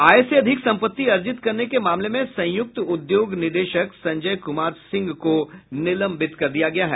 आय से अधिक संपत्ति अर्जित करने के मामले मं संयुक्त उद्योग निदेशक संजय कुमार सिंह को निलंबित कर दिया गया है